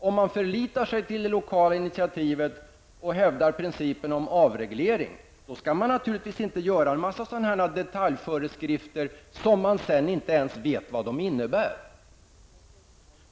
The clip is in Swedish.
Om man förlitar sig till det lokala initiativet och hävdar principen om avreglering, skall man naturligtvis inte göra en mängd detaljföreskrifter som man sedan inte ens vet vad de innbär.